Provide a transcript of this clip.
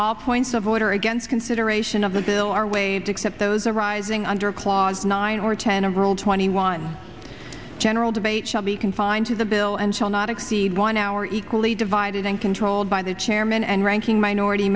all points of order against consideration of the bill are waived except those arising under clause nine or ten a rule twenty one general debate shall be confined to the bill and shall not exceed one hour equally divided and controlled by the chairman and ranking minority